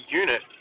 unit